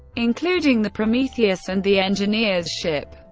including the prometheus and the engineer's ship.